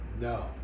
No